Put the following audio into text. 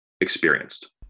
experienced